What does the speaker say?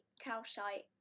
calcite